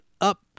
up